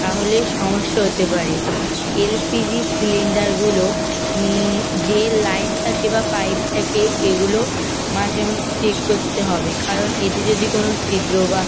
তাহলে সমস্যা হতে পারে এল পি জি সিলিন্ডারগুলো যে লাইন থাকে বা পাইপ থাকে এগুলো মাসে মাসে চেক করতে হবে কারণ এতে যদি কোনো ছিদ্র বা